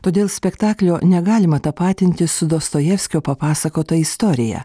todėl spektaklio negalima tapatinti su dostojevskio papasakota istorija